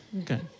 Okay